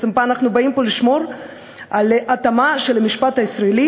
בעצם אנחנו באים פה לשמור על התאמה של המשפט הישראלי